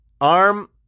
arm